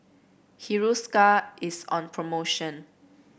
Hiruscar is on promotion